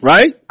Right